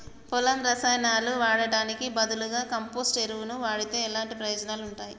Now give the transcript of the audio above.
పొలంలో రసాయనాలు వాడటానికి బదులుగా కంపోస్ట్ ఎరువును వాడితే ఎలాంటి ప్రయోజనాలు ఉంటాయి?